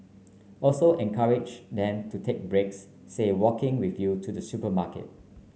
also encourage them to take breaks say walking with you to the supermarket